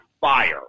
fire